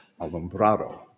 alumbrado